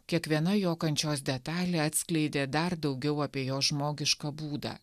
kiekviena jo kančios detalė atskleidė dar daugiau apie jo žmogišką būdą